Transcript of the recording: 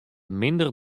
minder